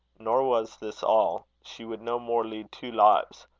nor was this all she would no more lead two lives,